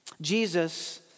Jesus